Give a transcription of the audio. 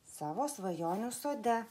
savo svajonių sode